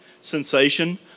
sensation